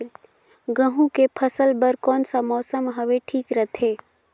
गहूं के फसल बर कौन सा मौसम हवे ठीक रथे?